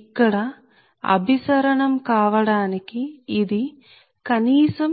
ఇక్కడ అభిసరణం కావడానికి ఇది కనీసం